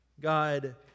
God